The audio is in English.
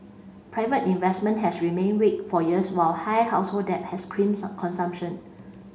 private investment has remained weak for years while high household debt has crimped consumption